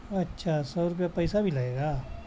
اچھا سو روپیہ پیسہ بھی لگے گا